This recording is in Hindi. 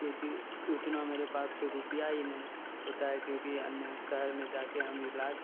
क्योंकि उतना मेरे पास रूपये ही नहीं होता है क्योंकि अन्य शहर में जा कर हम इलाज